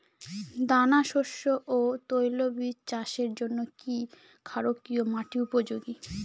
দানাশস্য ও তৈলবীজ চাষের জন্য কি ক্ষারকীয় মাটি উপযোগী?